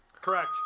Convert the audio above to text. Correct